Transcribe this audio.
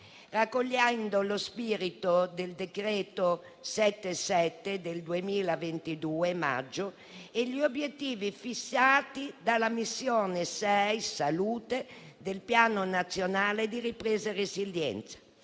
raccogliendo lo spirito del decreto n. 77 del 23 maggio 2022 e gli obiettivi fissati dalla missione 6 (Salute) del Piano nazionale di ripresa e resilienza.